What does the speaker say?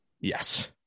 Yes